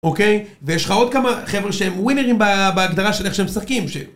אוקיי, ויש לך עוד כמה חבר'ה שהם ווינרים בהגדרה של איך שהם משחקים